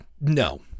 No